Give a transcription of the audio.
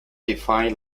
defined